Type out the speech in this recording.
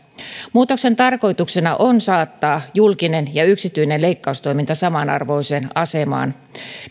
muutoksen tarkoituksena on saattaa julkinen ja yksityinen leikkaustoiminta samanarvoiseen asemaan